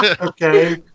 okay